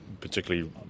particularly